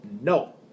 No